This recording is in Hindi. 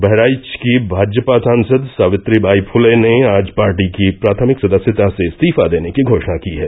बहराइच की भाजपा सांसद सावित्री बाई फुले ने आज पार्टी की प्राथमिक सदस्यता से इस्तीफा देने की घोशणा की हैं